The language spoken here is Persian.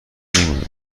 میومد